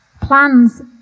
Plans